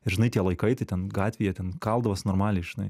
ir žinai tie laikai tai ten gatvėj jie ten kaldavos normaliai žinai